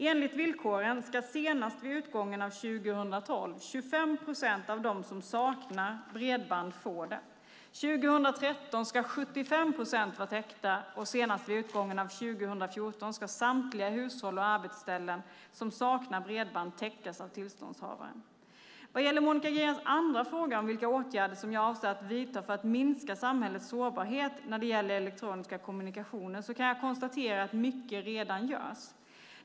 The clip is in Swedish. Enligt villkoren ska 25 procent av dem som saknar bredband få det senast vid utgången av 2012. År 2013 ska 75 procent vara täckt, och senast vid utgången av 2014 ska samtliga hushåll och arbetsställen som saknar bredband täckas av tillståndshavaren. Vad gäller Monica Greens andra fråga om vilka åtgärder som jag avser att vidta för att minska samhällets sårbarhet när det gäller elektroniska kommunikationer kan jag konstatera att mycket redan görs.